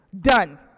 done